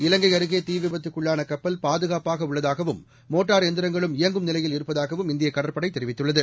இவங்கை அருகே தீ விபத்துக்குள்ளான கப்பல் பாதுகாப்பாக உள்ளதாகவும் மோட்டார் எந்திரங்களும் இயங்கும் நிலையில் இருப்பதாகவும் இந்திய கடற்படை தெரிவித்துள்ளது